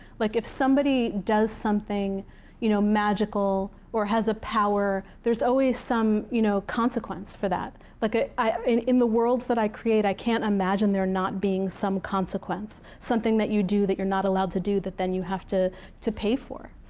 like if somebody does something you know magical or has a power, there's always some you know consequence for that. like ah i mean in the worlds that i create, i can't imagine there not being some consequence, something that you do that you're not allowed to do, that then you have to to pay for.